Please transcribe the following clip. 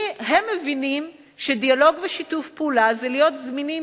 והם מבינים שדיאלוג ושיתוף פעולה זה להיות זמינים